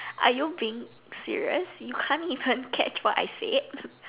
are you being serious you can't even catch what I said